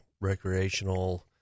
recreational